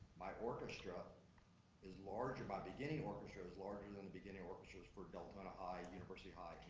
my orchestra is larger, my beginning orchestra is larger than the beginning orchestras for deltona high, university high,